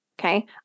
Okay